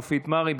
מופיד מרעי,